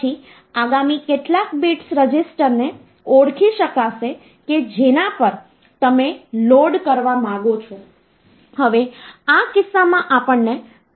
તેથી તમે અમુક ચોકસાઈથી આગળ સંખ્યાનું રીપ્રેસનટેશન કરી શકતા નથી